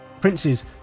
Princes